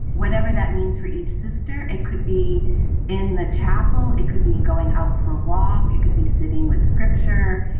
whatever that means for each sister. it could be in the chapel. it could be going out for a walk. it could be sitting with scripture.